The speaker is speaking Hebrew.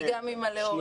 גם אני אימא לילד מוחרם.